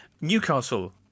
Newcastle